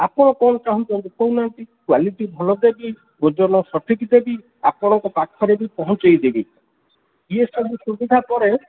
ଆପଣ କ'ଣ ଚାହୁଁଛନ୍ତି କହୁ ନାହାଁନ୍ତି କ୍ୱାଲିଟି ଭଲ ଦେବି ଓଜନ ସଠିକ ଦେବି ଆପଣଙ୍କ ପାଖରେ ବି ପହଞ୍ଚାଇ ଦେବି ଇଏ ସବୁ ସୁବିଧା ପରେ